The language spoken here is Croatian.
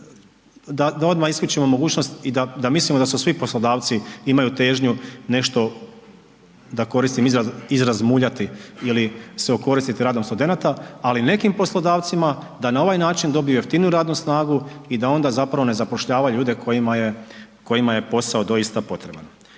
da odmah isključimo mogućnost i da mislimo da su svi poslodavci imaju težnju nešto da koristim izraz muljati ili se okoristiti radom studenata, ali nekim poslodavcima da na ovaj način dobiju jeftiniju radnu snagu i da onda zapravo ne zapošljavaju ljude kojima je posao doista potreban.